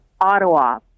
Ottawa